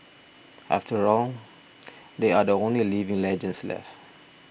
after all they are the only living legends left